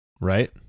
Right